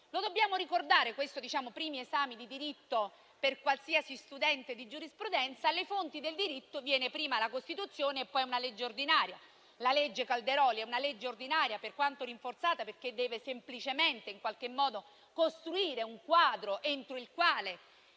Dobbiamo ricordare che - e sono i primi esami di diritto per qualsiasi studente di giurisprudenza - tra le fonti del diritto viene prima la Costituzione e poi una legge ordinaria. La legge Calderoli è una legge ordinaria, per quanto rinforzata, perché deve semplicemente costruire un quadro entro il quale